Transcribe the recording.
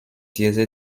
diese